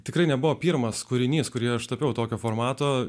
tikrai nebuvo pirmas kūrinys kurį aš tapiau tokio formato